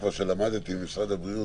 ממה שלמדתי ממשרד הבריאות,